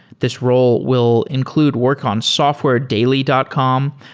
this role will include work on softwaredaily dot com,